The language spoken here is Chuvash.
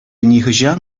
нихӑҫан